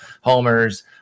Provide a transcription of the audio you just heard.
homers